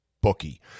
Bookie